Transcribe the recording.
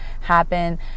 happen